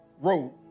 wrote